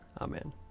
Amen